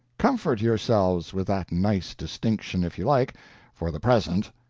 comfort yourselves with that nice distinction if you like for the present.